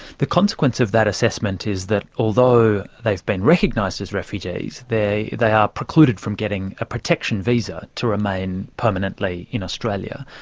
the consequences of that assessment is that although they've been recognised as refugees, they they are precluded from getting a protection visa to remain permanently in australia.